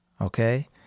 okay